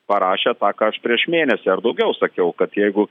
parašė tą ką aš prieš mėnesį ar daugiau sakiau kad jeigu